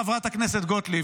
חברת הכנסת גוטליב,